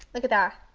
look at that!